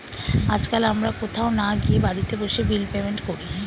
আজকাল আমরা কোথাও না গিয়ে বাড়িতে বসে বিল পেমেন্ট করি